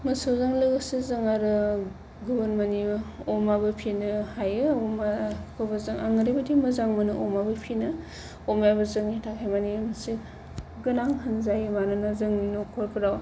मोसौजों लोगोसे जों आरो गुबुन माने अमाबो फिसिनो हायो अमाखौबो आं ओरैबादि मोजां मोनो अमाबो फिसिनो अमायाबो जोंनि थाखाय माने मोनसे गोनां होनजायो मानोना जोंनि न'खरफ्राव